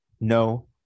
no